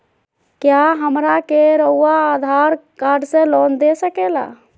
क्या हमरा के रहुआ आधार कार्ड से लोन दे सकेला?